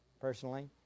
personally